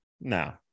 no